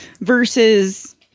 versus